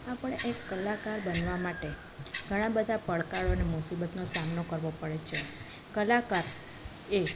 આપણે એક કલાકાર બનવા માટે ઘણા બધા પડકારો અને મુસીબતનો સામનો કરવો પડે છે કલાકાર એ